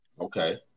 Okay